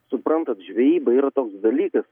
suprantat žvejyba yra toks dalykas